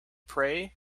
pray